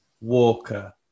Walker